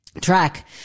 track